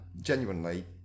genuinely